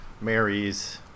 marries